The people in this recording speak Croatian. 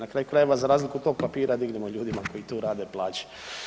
Na kraju krajeva za razliku od tog papira dignimo ljudima koji tu rade plaće.